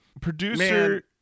producer